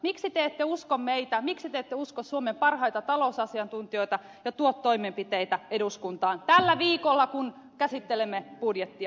miksi te ette usko meitä miksi te ette usko suomen parhaita talousasiantuntijoita ja tuo toimenpiteitä eduskuntaan tällä viikolla kun käsittelemme budjettia